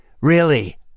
Really